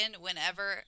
whenever